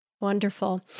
Wonderful